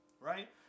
right